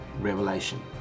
Revelation